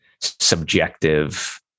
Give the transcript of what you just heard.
subjective